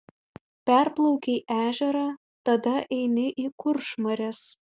perplaukei ežerą tada eini į kuršmares